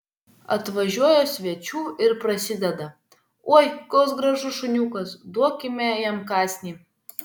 atvažiuoja svečių ir prasideda oi koks gražus šuniukas duokime jam kąsnį